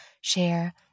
Share